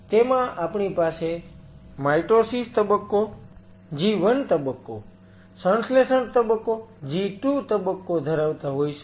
તેમાં આપણી પાસે માયટોસિસ તબક્કો G1 તબક્કો સંશ્લેષણ તબક્કો G2 તબક્કો ધરાવતા હોઈશું